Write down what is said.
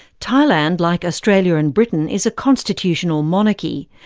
thailand, like australia and britain, is a constitutional monarchy.